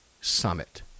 Summit